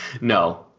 No